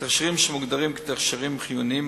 תכשירים שמוגדרים כתכשירים חיוניים,